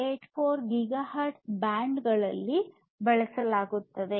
484 gigahertz band ಗಳಲ್ಲಿ ಬಳಸಲಾಗುತ್ತದೆ